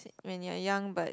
w~ when you're young but